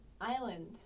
island